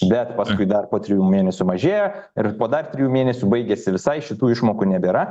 bet paskui dar po trijų mėnesių mažėja ir po dar trijų mėnesių baigiasi visai šitų išmokų nebėra